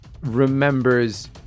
remembers